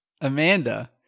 Amanda